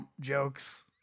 jokes